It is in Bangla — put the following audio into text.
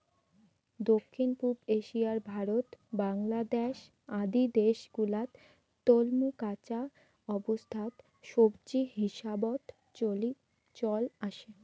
দক্ষিণ পুব এশিয়ার ভারত, বাংলাদ্যাশ আদি দ্যাশ গুলাত তলমু কাঁচা অবস্থাত সবজি হিসাবত চল আসে